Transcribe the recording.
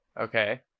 okay